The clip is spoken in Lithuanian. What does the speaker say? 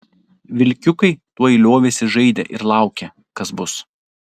vilkiukai tuoj liovėsi žaidę ir laukė kas bus